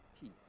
peace